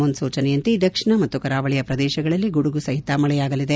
ಮುನ್ನೂಚನೆಯಂತೆ ದಕ್ಷಿಣ ಮತ್ತು ಕರಾವಳಿಯ ಪ್ರದೇಶಗಳಲ್ಲಿ ಗುಡುಗು ಸಹಿ ಮಳೆಯಾಗಲಿದೆ